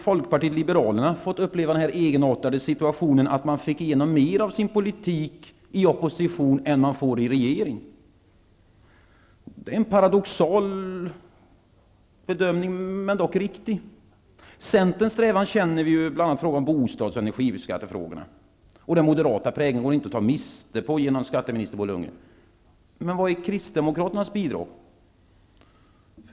Folkpartiet liberalerna fått uppleva den egenartade situationen att man fick igenom mer av sin politik i opposition än man får i regeringsställning. Det är paradoxalt, men det är ändå en riktig bedömning. Centerns strävan känner vi bl.a. genom bostadsoch energiskattefrågorna, och den moderata prägeln går inte att ta miste på genom skatteminister Bo Lundgren. Men vilket är Kristdemokraternas bidrag?